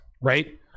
right